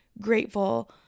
grateful